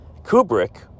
Kubrick